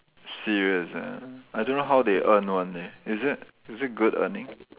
serious ah I don't know how they earn one leh is it is it good earning